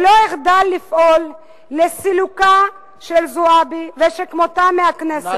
לא אחדל לפעול לסילוקה של זועבי ושכמותה בכנסת.